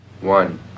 One